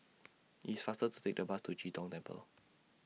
It's faster to Take The Bus to Chee Tong Temple